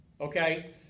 okay